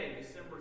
December